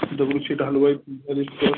Dagdu Sheth Halwai Ganpati trust